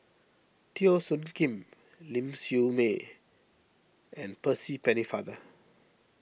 Teo Soon Kim Ling Siew May and Percy Pennefather